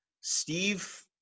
Steve